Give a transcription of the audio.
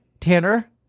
Tanner